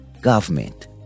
government